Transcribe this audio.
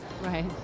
Right